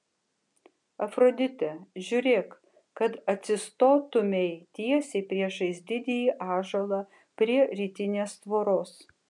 afrodite žiūrėk kad atsistotumei tiesiai priešais didįjį ąžuolą prie rytinės tvoros